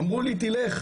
אמרו לי תלך,